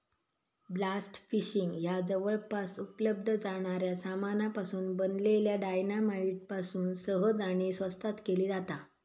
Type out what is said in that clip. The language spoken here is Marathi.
ब्लास्ट फिशिंग ह्या जवळपास उपलब्ध जाणाऱ्या सामानापासून बनलल्या डायना माईट पासून सहज आणि स्वस्तात केली जाता